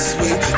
Sweet